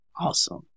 Awesome